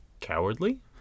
cowardly